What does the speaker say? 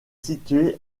situé